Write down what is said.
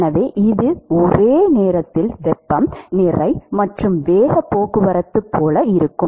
எனவே இது ஒரே நேரத்தில் வெப்பம் நிறை மற்றும் வேகப் போக்குவரத்து போல இருக்கும்